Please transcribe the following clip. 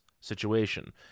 situation